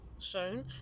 Shown